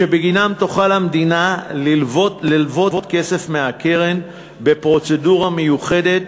שבגינם תוכל המדינה ללוות כסף מהקרן בפרוצדורה מיוחדת